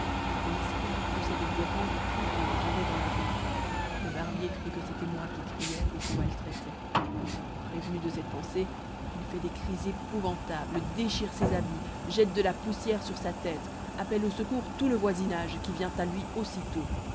l'esclave poussait de grands cris qu'on entendait dans la rue le barbier crut que c'était moi qui criais et qu'on maltraitait prévenu de cette pensée il fait des cris épouvantables déchire ses habits jette de la poussière sur sa tête appelle au secours tout le voisinage qui vient à lui aussitôt